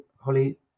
holly